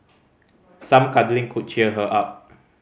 some cuddling could cheer her up